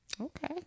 Okay